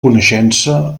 coneixença